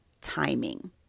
timing